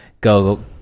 go